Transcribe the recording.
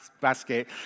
basket